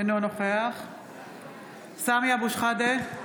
אינו נוכח סמי אבו שחאדה,